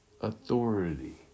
authority